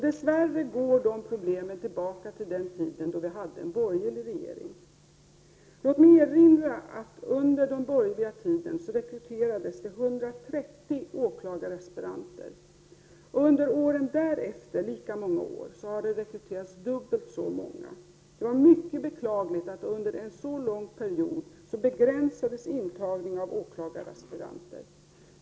Dess värre går dessa problem tillbaka till den tiden då vi hade en borgerlig regering. Låt mig erinra om att det under den borgerliga tiden rekryterades 130 åklagaraspiranter. Under lika många år därefter har det rekryterats dubbelt så många. Det var mycket beklagligt att intagningen av åklagaraspiranter under en så lång period begränsades.